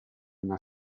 una